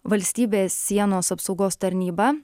valstybės sienos apsaugos tarnyba